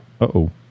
Uh-oh